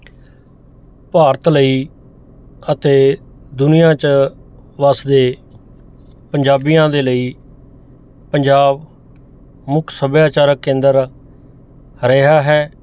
ਭਾਰਤ ਲਈ ਅਤੇ ਦੁਨੀਆ 'ਚ ਵੱਸਦੇ ਪੰਜਾਬੀਆਂ ਦੇ ਲਈ ਪੰਜਾਬ ਮੁੱਖ ਸੱਭਿਆਚਾਰਕ ਕੇਂਦਰ ਰਿਹਾ ਹੈ